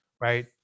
Right